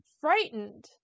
frightened